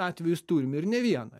atvejus turim ir ne vieną